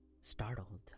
startled